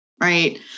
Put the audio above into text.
right